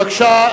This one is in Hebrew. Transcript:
בבקשה,